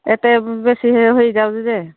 ଏତେ ବେଶୀ ହୋଇଯାଉଛି ଯେ